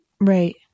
Right